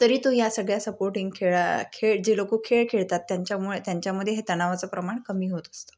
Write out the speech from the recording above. तरी तो ह्या सगळ्या सपोर्टिंग खेळा खेळ जे लोकं खेळ खेळतात त्यांच्यामुळे त्यांच्यामध्ये हे तणावाचं प्रमाण कमी होत असतं